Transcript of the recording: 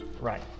Right